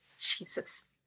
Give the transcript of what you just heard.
Jesus